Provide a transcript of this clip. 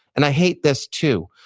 and i hate this, too.